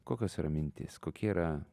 kokios yra mintys kokie yra